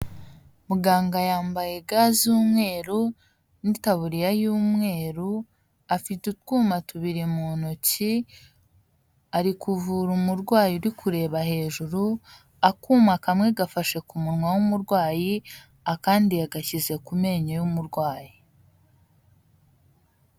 Muganga yambaye ga z'umweru n'itaburiya y'umweru, afite utwuma tubiri mu ntoki ari kuvura umurwayi uri kureba hejuru, akuma kamwe gafashe ku munwa w'umurwayi, akandi yagashyize ku menyo y'umurwayi.